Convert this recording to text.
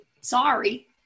Sorry